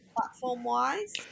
platform-wise